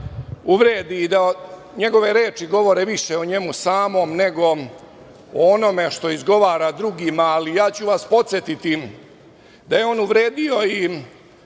ne može uvredi i da njegove reči govore više o njemu samom nego o onome što izgovara drugima, ali ja ću vas podsetiti da je on uvredio i